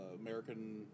American